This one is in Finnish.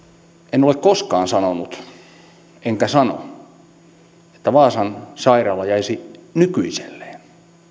en ole koskaan sanonut enkä sano että vaasan sairaala jäisi nykyiselleen